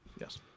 Yes